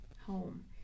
home